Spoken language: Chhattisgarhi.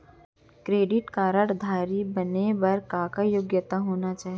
क्रेडिट कारड धारी बने बर का का योग्यता होना चाही?